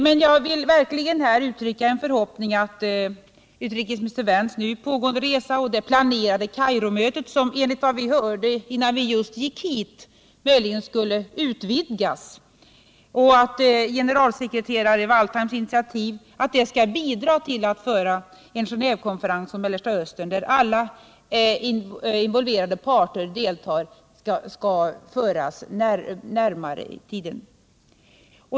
Men jag vill verkligen här uttrycka en förhoppning att utrikesminister Vances nu pågående resa, det planerade Kairomötet - som vi hörde, just innan vi gick hit, möjligen skulle utvidgas — och generalsekreterare Waldheims initiativ skall bidra till att föra en Genevekonferens om Mellersta Östern, där alla involverade parter deltar, närmare i tiden.